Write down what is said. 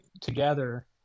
together